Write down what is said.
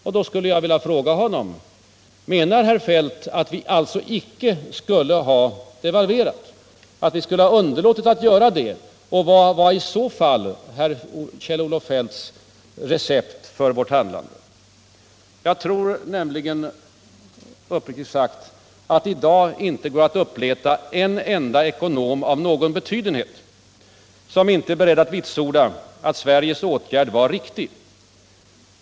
Jag skulle vilja fråga honom: Menar herr Feldt att vi icke skulle ha devalverat? Och vad är i så fall Kjell-Olof Feldts recept för vårt handlande? Jag tror nämligen, uppriktigt sagt, att det i dag inte går att uppleta en enda ekonom av någon betydenhet som inte är beredd att vitsorda att Sveriges åtgärd var riktig.